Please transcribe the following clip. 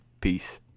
Peace